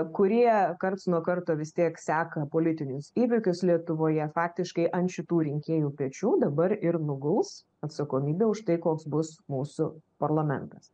kurie karts nuo karto vis tiek seka politinius įvykius lietuvoje faktiškai ant šitų rinkėjų pečių dabar ir nuguls atsakomybė už tai koks bus mūsų parlamentas